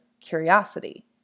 curiosity